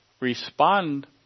respond